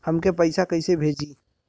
हमके पैसा कइसे भेजी?